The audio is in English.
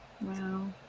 Wow